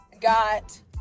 got